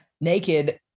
naked